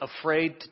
afraid